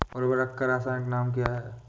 उर्वरक का रासायनिक नाम क्या है?